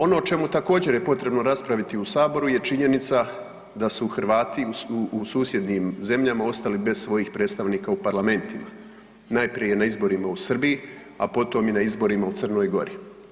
Ono o čemu je također potrebno raspraviti u Saboru je činjenica da su Hrvati u susjednim zemljama ostali bez svojih predstavnika u parlamentima, najprije na izborima u Srbiji, a potom i na izborima u Crnoj Gori.